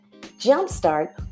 jumpstart